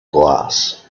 glass